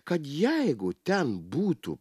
kad jeigu ten būtų